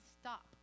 stop